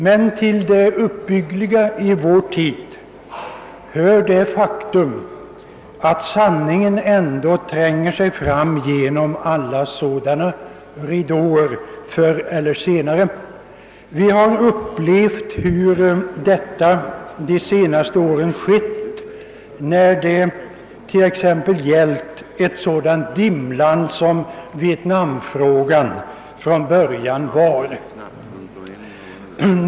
Men till det uppbyggliga i vår tid hör det faktum att sanningen ändå förr eller senare tränger sig fram genom alla sådana ridåer. Vi har upplevt hur detta de senaste åren skett när det t.ex. gällt Vietnamfrågan, som från början var ett dimhöljt problem.